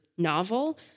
novel